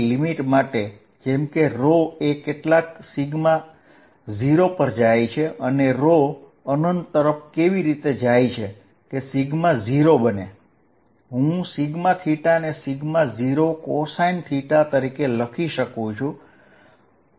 limit a0 ρ અને ρa0 માટે હું 0cosθ લખી શકું છું